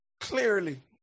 Clearly